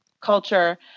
culture